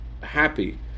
happy